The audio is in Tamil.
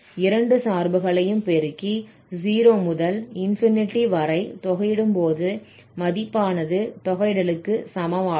இரண்டு சார்புகளையும் பெருக்கி 0 முதல் வரை தொகையிடும்போது மதிப்பானது தொகையிடலுக்கு சமமாகும்